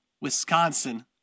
Wisconsin